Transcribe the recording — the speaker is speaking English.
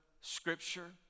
scripture